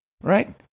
Right